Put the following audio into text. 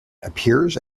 appears